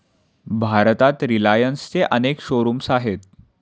भारतात रिलायन्सचे अनेक शोरूम्स आहेत